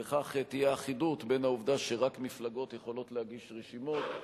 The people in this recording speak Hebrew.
וכך תהיה אחידות בין העובדה שרק מפלגות יכולות להגיש רשימות,